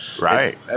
Right